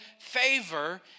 favor